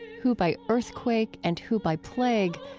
who by earthquake and who by plague?